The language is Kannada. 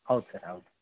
ಹೌದು ಸರ್ ಹೌದು